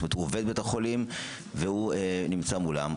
זאת אומרת, הוא עובד בית החולים והוא נמצא מולם.